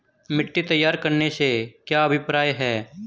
मिट्टी तैयार करने से क्या अभिप्राय है?